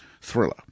thriller